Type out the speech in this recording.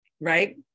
right